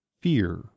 fear